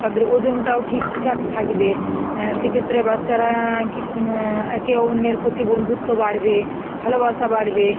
তাদের ওজনটাও ঠিকঠাক থাকবে সেক্ষেত্রে বাচ্চারা কী একে অন্যের প্রতি বন্ধুত্ব বাড়বে ভালোবাসা বাড়বে